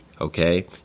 okay